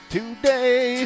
Today